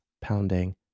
Pounding